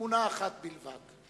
תמונה אחת בלבד.